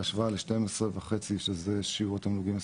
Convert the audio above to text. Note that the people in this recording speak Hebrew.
בהשוואה ל-12.5, שזה שיעור התמלוגים הסטטוטורי,